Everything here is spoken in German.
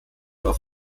auf